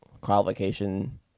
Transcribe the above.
qualification